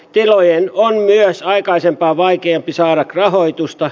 tilojen on myös aikaisempaa vaikeampi saada rahoitusta